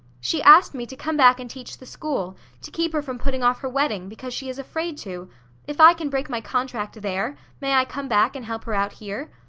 she asked me to come back and teach the school to keep her from putting off her wedding because she is afraid to if i can break my contract there may i come back and help her out here?